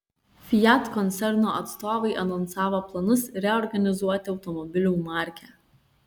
fiat koncerno atstovai anonsavo planus reorganizuoti automobilių markę